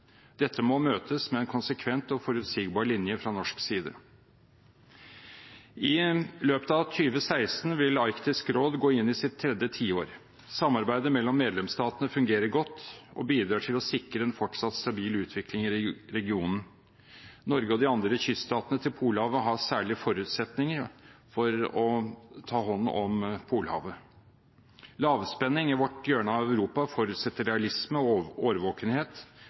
Dette må møtes med en konsekvent og forutsigbar linje fra norsk side. I løpet av 2016 vil Arktisk råd gå inn i sitt tredje tiår. Samarbeidet mellom medlemsstatene fungerer godt og bidrar til å sikre en fortsatt stabil utvikling i regionen. Norge og de andre kyststatene til Polhavet har særlige forutsetninger for å ta hånd om Polhavet. Lavspenning i vårt hjørne av Europa forutsetter realisme og